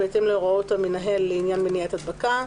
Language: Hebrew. בהתאם להוראות המנהל לעניין מניעת הדבקה,